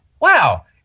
wow